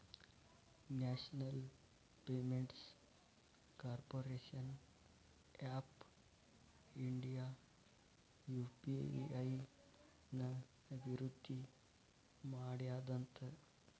national payments corporation of India UPI ನ ಅಭಿವೃದ್ಧಿ ಮಾಡ್ಯಾದಂತ